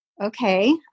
okay